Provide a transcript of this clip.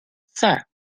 sir